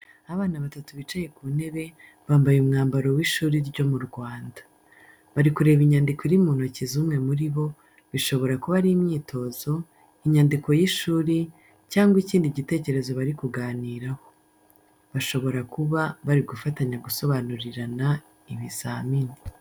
Abana batatu bicaye ku ntebe, bambaye umwambaro w’ishuri ryo mu Rwanda. Bari kureba inyandiko iri mu ntoki z’umwe muri bo, bishobora kuba ari imyitozo, inyandiko y’ishuri, cyangwa ikindi gitekerezo bari kuganiraho. Bashobora kuba bari gufatanya gusobanurirana ibizamini.